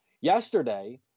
Yesterday